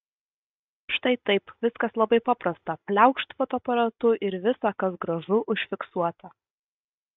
štai taip viskas labai paprasta pliaukšt fotoaparatu ir visa kas gražu užfiksuota